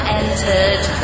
entered